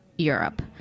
Europe